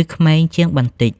ឬក្មេងជាងបន្តិច។